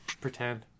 pretend